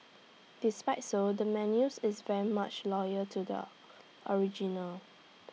despite so the menus is very much loyal to the original